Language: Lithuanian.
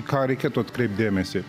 ką reikėtų atkreipt dėmesį